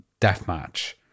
deathmatch